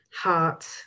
heart